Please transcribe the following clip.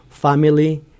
family